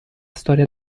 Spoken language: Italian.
storia